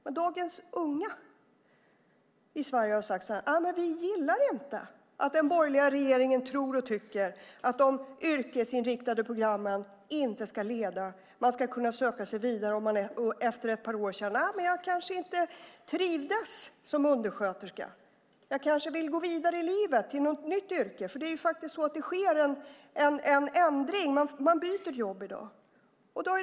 Men dagens unga i Sverige har sagt att de inte gillar att den borgerliga regeringen tycker att de yrkesinriktade programmen inte ska leda till att man kan söka sig vidare om man efter ett par år känner att man inte trivdes som undersköterska utan vill gå vidare i livet till ett nytt yrke. Man byter faktiskt jobb i dag.